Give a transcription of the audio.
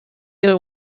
ihre